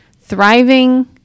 thriving